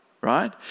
right